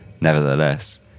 Nevertheless